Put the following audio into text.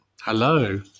Hello